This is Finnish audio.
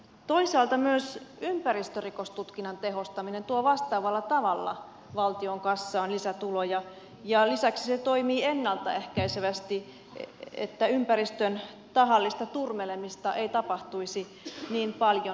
toisaalta myös ympäristörikostutkinnan tehostaminen tuo vastaavalla tavalla valtion kassaan lisätuloja ja lisäksi se toimii ennalta ehkäisevästi että ympäristön tahallista turmelemista ei tapahtuisi niin paljon